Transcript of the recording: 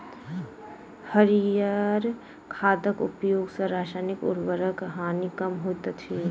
हरीयर खादक उपयोग सॅ रासायनिक उर्वरकक हानि कम होइत अछि